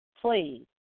Please